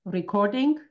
recording